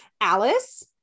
Alice